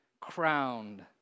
Crowned